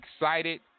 excited